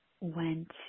went